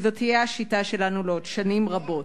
כי זאת תהיה השיטה שלנו עוד שנים רבות.